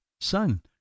son